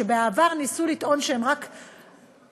שבעבר ניסו לטעון שהם רק סטרט-אפים,